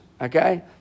Okay